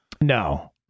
No